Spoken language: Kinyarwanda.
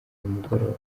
mugoroba